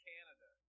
Canada